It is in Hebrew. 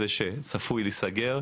זה שצפוי להיסגר.